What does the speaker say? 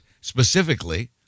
Specifically